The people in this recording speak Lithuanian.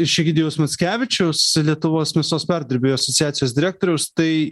iš egidijaus mackevičiaus lietuvos mėsos perdirbėjų asociacijos direktoriaus tai